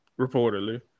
reportedly